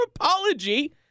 apology